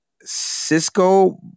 Cisco